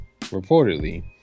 Reportedly